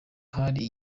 hari